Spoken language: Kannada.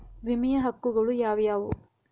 ವಿಮೆಯ ಹಕ್ಕುಗಳು ಯಾವ್ಯಾವು?